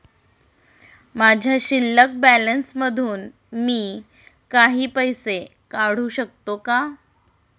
माझ्या शिल्लक बॅलन्स मधून मी काही पैसे काढू शकतो का?